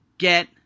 Get